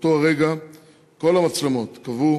באותו הרגע כל המצלמות כבו,